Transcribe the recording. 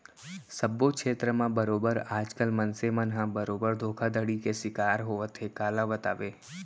सब्बो छेत्र म बरोबर आज कल मनसे मन ह बरोबर धोखाघड़ी के सिकार होवत हे काला बताबे